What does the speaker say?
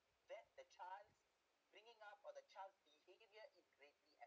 that the child's bringing up or the child's behaviour is greatly